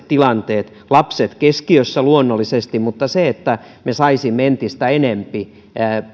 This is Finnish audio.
tilanteet lapset keskiössä luonnollisesti mutta niin että me saisimme entistä enempi